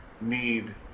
need